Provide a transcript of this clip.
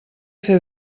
fer